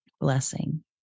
blessing